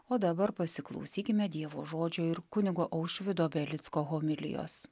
o dabar pasiklausykime dievo žodžio ir kunigo aušvydo belicko homilijos